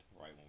right